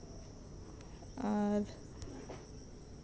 ᱟᱨ